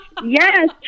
Yes